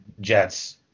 jets